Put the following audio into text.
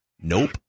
Nope